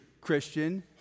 Christian